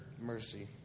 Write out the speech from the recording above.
mercy